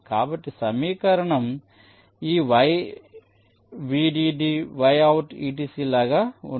కాబట్టి సమీకరణం ఈ y vdd yout etc లాగా ఉంటుంది